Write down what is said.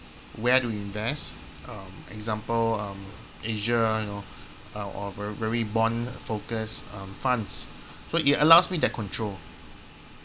where to invest um example um asia you know or or ve~ very bond focused um funds so it allows me that control